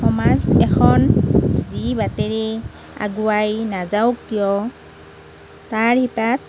সমাজ এখন যি বাটেৰে আগুৱাই নাযাওঁক কিয় তাৰ শিপাত